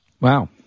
Wow